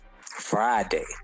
Friday